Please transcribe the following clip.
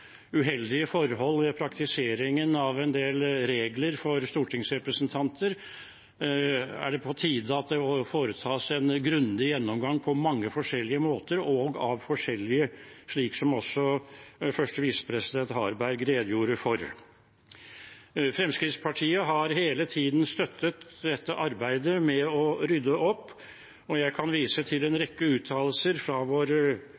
uheldige forhold ved praktiseringen av en del regler for stortingsrepresentantene, er det på tide at det foretas en grundig gjennomgang av på mange forskjellige måter – og av forskjellige – slik også første visepresident Harberg redegjorde for. Fremskrittspartiet har hele tiden støttet arbeidet med å rydde opp, og jeg kan vise til en rekke uttalelser fra vår